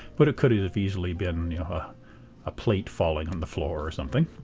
but it could've easily been yeah but a plate falling on the floor or something.